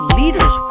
leaders